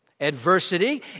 Adversity